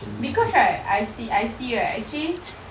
because right I see I see right actually